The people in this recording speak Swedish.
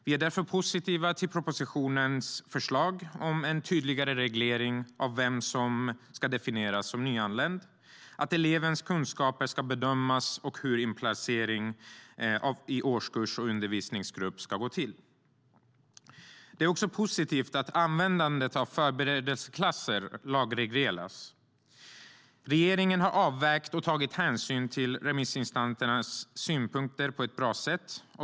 Vi är därför positiva till propositionens förslag om en tydligare reglering av vem som ska definieras som nyanländ, att elevens kunskaper ska bedömas och hur inplacering i årskurs och undervisningsgrupp ska gå till. Det är också positivt att användandet av förberedelseklass lagregleras. Regeringen har avvägt och tagit hänsyn till remissinstansernas synpunkter på ett bra sätt.